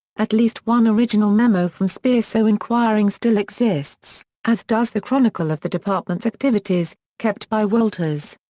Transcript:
at least one original memo from speer so inquiring still exists, as does the chronicle of the department's activities, kept by wolters.